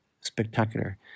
spectacular